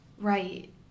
Right